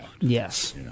Yes